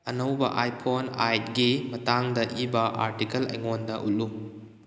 ꯑꯅꯧꯕ ꯑꯥꯏꯐꯣꯟ ꯑꯥꯏꯠꯀꯤ ꯃꯇꯥꯡꯗ ꯏꯕ ꯑꯥꯔꯇꯤꯀꯜ ꯑꯩꯉꯣꯟꯗ ꯎꯠꯂꯨ